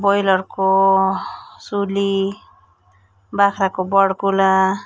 ब्रोइलरको सुली बाख्राको बडकुँलो